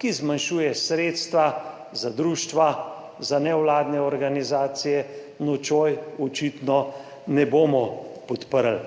ki zmanjšuje sredstva za društva, za nevladne organizacije nocoj očitno ne bomo podprli.